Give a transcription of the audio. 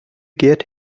get